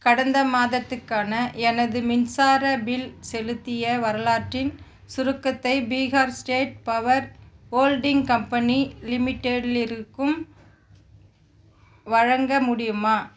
கடந்த மாதத்துக்கான எனது மின்சார பில் செலுத்திய வரலாற்றின் சுருக்கத்தை Bihar state power holding company லிமிட்டெடில் இருக்கும் வழங்க முடியுமா